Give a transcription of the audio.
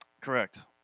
Correct